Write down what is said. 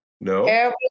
No